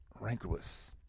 rancorous